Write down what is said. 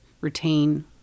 retain